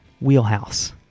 wheelhouse